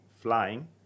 flying